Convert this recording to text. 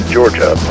Georgia